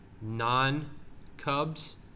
non-Cubs